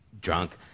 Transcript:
drunk